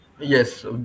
yes